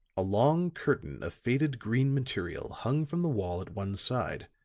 a long curtain of faded green material hung from the wall at one side,